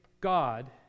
God